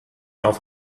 auf